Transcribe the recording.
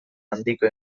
handiko